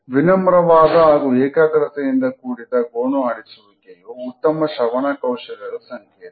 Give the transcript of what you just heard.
ವಿನಮ್ರವಾದ ಹಾಗೂ ಏಕಾಗ್ರತೆಯಿಂದ ಕೂಡಿದ ಗೋಣು ಆಡಿಸುವಿಕೆಯು ಉತ್ತಮ ಶ್ರವಣ ಕೌಶಲ್ಯದ ಸಂಕೇತ